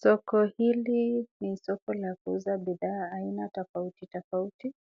Soko hili ni soko la kuuza bidhaa aina tofauti tofauti